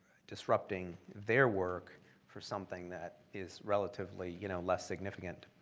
disrupting their work for something that is relatively you know less significant.